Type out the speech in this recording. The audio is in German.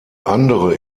andere